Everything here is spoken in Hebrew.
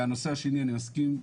השני אני מסכים,